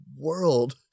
world